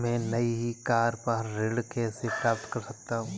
मैं नई कार पर ऋण कैसे प्राप्त कर सकता हूँ?